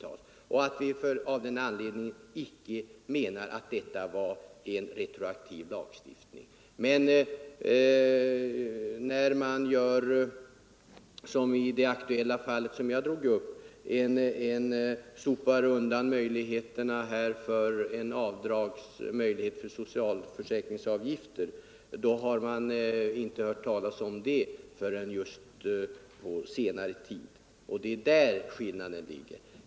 Av den anledningen menar vi att den lagstiftningen icke var retroaktiv. Slopandet av avdragrätten för socialförsäkringsavgifter är ett aktuellt fall som människor inte hört talas om förrän just på senare tid. Det är där skillnaden ligger.